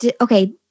Okay